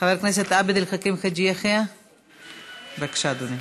חבר הכנסת עבד אל חכים חאג' יחיא, בבקשה, אדוני.